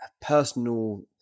personal